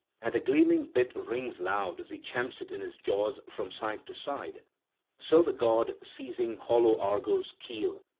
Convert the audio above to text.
and the gleaming bit rings loud as he champs it in his jaws from side to side so the god, seizing hollow argo's keel,